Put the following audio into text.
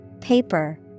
paper